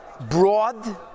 broad